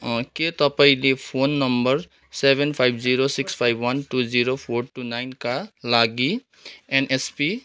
के तपाईँले phone number seven five zero six five one two zero four two नाइनका लागि एन एस पी